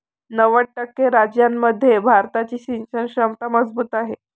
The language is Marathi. नव्वद टक्के राज्यांमध्ये भारताची सिंचन क्षमता मजबूत आहे